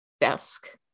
desk